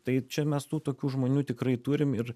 tai čia mes tų tokių žmonių tikrai turim ir